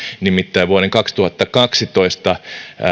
nimittäin vuoden kaksituhattakaksitoista